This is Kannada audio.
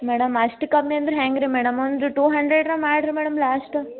ಮೇಡಮ್ ಅಷ್ಟು ಕಮ್ಮಿ ಅಂದ್ರೆ ಹೆಂಗ್ರಿ ಮೇಡಮ್ ಒಂದು ಟೂ ಹಂಡ್ರೆಡ್ ಮಾಡಿರಿ ಮೇಡಮ್ ಲಾಸ್ಟ